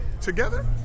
together